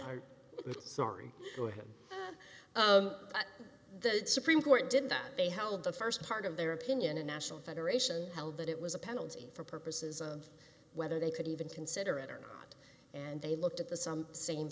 i'm sorry for him but the supreme court did that they held the st part of their opinion a national federation held that it was a penalty for purposes of whether they could even consider it or not and they looked at the some same